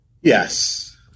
yes